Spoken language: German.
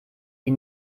die